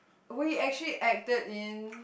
wait actually he acted in